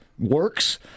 works